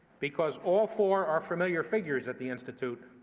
because all four are familiar figures at the institute,